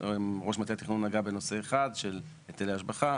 ראש מטה התכנון נגע בנושא אחד, של היטלי השבחה.